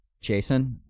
Jason